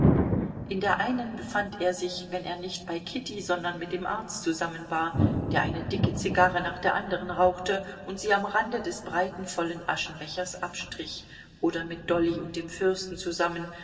in der einen befand er sich wenn er nicht bei kitty sondern mit dem arzt zusammen war der eine dicke zigarre nach der anderen rauchte und sie am rande des bereits vollen aschenbechers abstrich oder mit dolly und dem fürsten zusammen